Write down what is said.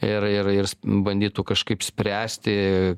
ir ir ir bandytų kažkaip spręsti